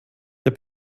der